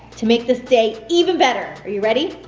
to make this day even better. are you ready?